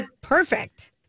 perfect